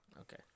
Okay